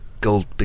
gold